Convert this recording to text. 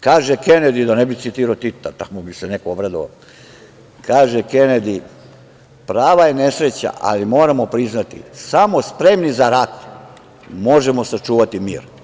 Kaže Kenedi, da ne bi citirao Tita, tako bi se neko obradovao, „prava je nesreća, ali moramo priznati, samo spremni za rat možemo sačuvati mir“